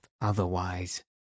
otherwise